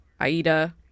Aida